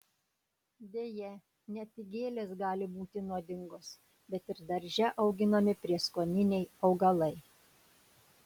deja ne tik gėlės gali būti nuodingos bet ir darže auginami prieskoniniai augalai